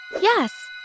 Yes